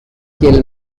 kill